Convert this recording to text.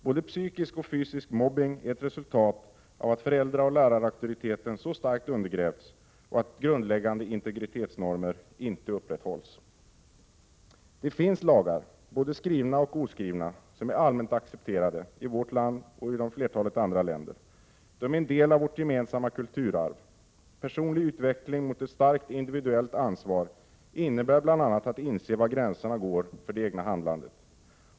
Både psykisk och fysisk mobbning är ett resultat av att föräldraoch lärarauktoriteten så starkt undergrävts och att grundläggande integritetsnormer inte upprätthålls. Det finns lagar, både skrivna och oskrivna, som är allmänt accepterade i vårt land och i flertalet andra länder. De är en del av vårt gemensamma kulturarv. Personlig utveckling mot ett starkt individuellt ansvar innebär bl.a. att inse var gränserna går för det egna handlandet.